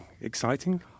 exciting